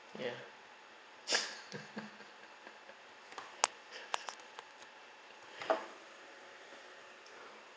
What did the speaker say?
ya